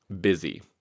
busy